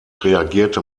reagierte